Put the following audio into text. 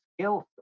skills